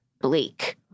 bleak